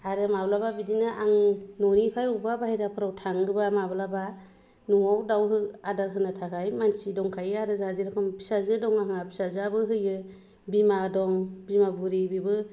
आरो माब्लाबा बिदिनो आं न'निफ्राय अबेबा बाहेराफोराव थाङोब्ला माब्लाबा न'आव दाउ आदार होनो थाखाय मानसि दंखायो आरो जोंहा जे रोखोम फिसाजो दङ आंहा फिसाजोआबो होयो बिमा दं बिमा बुरै बिबो